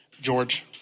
george